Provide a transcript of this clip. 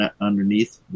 underneath